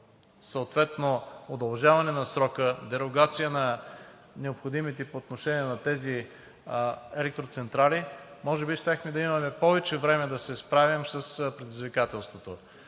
съответно удължаване на срока, дерогация на необходимите по отношение на тези електроцентрали, може би щяхме да имаме повече време да се справим с предизвикателството.